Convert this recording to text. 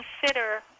consider